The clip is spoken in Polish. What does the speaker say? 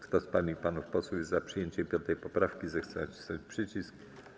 Kto z pań i panów posłów jest za przyjęciem 5. poprawki, zechce nacisnąć przycisk.